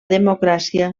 democràcia